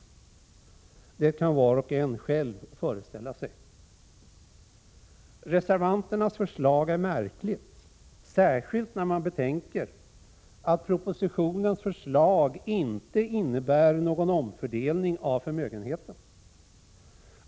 Det kan var och en själv föreställa sig. Reservanternas förslag är märkligt, särskilt när man betänker att propositionens förslag inte innebär någon omfördelning av förmögenheten.